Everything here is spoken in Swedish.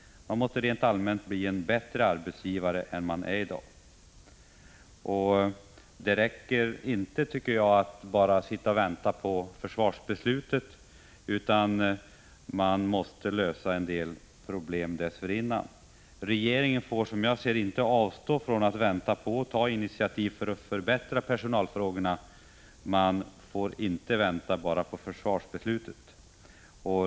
Staten måste rent allmänt bli en bättre arbetsgivare än den är i dag. Det räcker inte att bara sitta och vänta på försvarsbeslutet, utan en del problem måste lösas dessförinnan. Regeringen får inte i avvaktan på försvarsbeslutet avstå från att ta initiativ för att förbättra personalförhållandena.